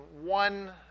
one